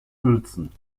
uelzen